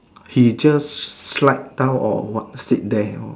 he just slide down or what sit there or